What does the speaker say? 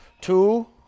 Two